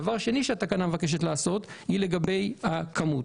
דבר שני שהתקנה מבקשת לעשות זה לגבי הכמות.